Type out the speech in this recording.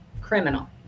criminal